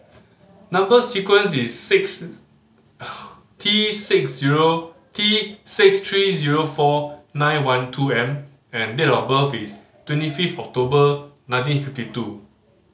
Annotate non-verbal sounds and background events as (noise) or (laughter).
number sequence is six (noise) T six zero T six three zero four nine one two M and date of birth is twenty fifth October nineteen fifty two